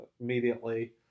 immediately